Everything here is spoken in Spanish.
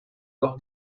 los